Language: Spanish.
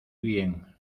bien